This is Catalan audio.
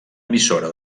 emissora